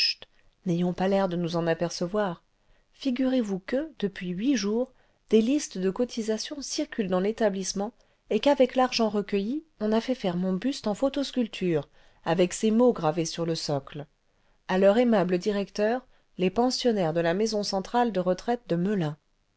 n'ayons pas l'air de nous en apercevoir figurez-vous que depuis huit jours des listes de cotisation circulent dans l'établissement et qu'avec l'argent recueilli on a fait faire mon buste en photosculpture avec ces mots gravés sur le socle a leur aimable directeur les pensionnaires de la maison centrale de retraite de meltjn